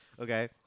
Okay